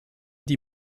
die